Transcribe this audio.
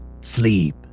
sleep